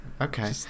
Okay